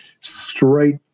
straight